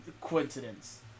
coincidence